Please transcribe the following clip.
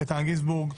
איתן גינזבורג,